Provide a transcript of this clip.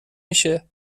میشه